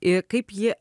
i kaip ji